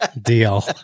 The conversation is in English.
Deal